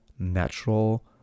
natural